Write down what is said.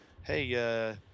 hey